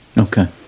Okay